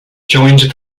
joined